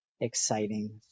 exciting